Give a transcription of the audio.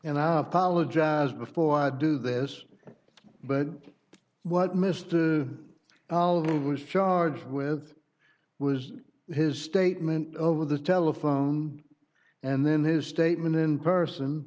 and i apologize before i do this but what mr elder was charged with was his statement over the telephone and then his statement in person